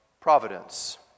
providence